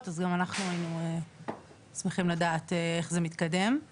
אז גם אנחנו היינו שמחים לדעת איך זה מתקדם,